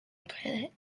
planet